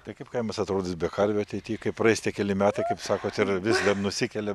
tai kaip kaimas atrodys be karvių ateity kai praeis tie keli metai kaip sakot ir vis dar nusikeliam